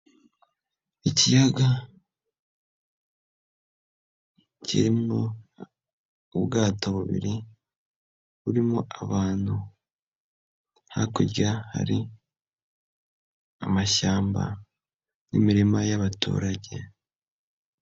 Ikiyaga kirimo ubwato bubiri burimo abantu. Hakurya hari amashyamba n'imirima y'abaturage.